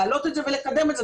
להעלות את זה ולקדם את זה.